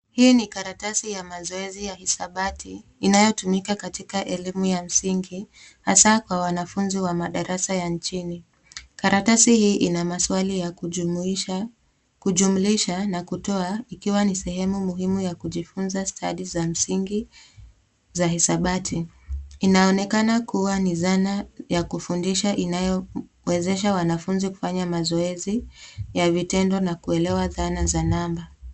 Hii ni karatasi ya mazoezi ya hisabati inayotumika katika elimu ya msingi, hasa kwa wanafunzi wa madarasa ya nchini. Karatasi hii ina maswali ya kujumuisha, kujumlisha na kutoa, ikiwa ni sehemu muhimu ya kujifunza stadi za msingi za hisabati. Inaonekana kuwa ni zana ya kufundisha inayowezesha wanafunzi kufanya mazoezi ya vitendo na kuelewa dhana za namba.